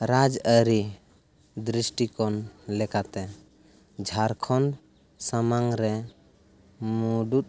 ᱨᱟᱡᱽᱟᱨᱤ ᱫᱨᱤᱥᱴᱤᱠᱳᱱ ᱞᱮᱠᱟᱛᱮ ᱡᱷᱟᱲᱠᱷᱚᱸᱰ ᱥᱟᱢᱟᱝᱨᱮ ᱢᱩᱲᱩᱫ